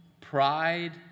pride